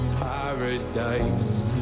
paradise